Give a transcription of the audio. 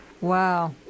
Wow